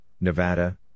Nevada